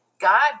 God